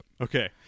Okay